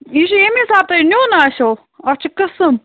یہِ چھُ ییٚمہِ حِسابہٕ تۄہہِ نِیُن آسٮ۪و اَتھ چھِ قٕسٕم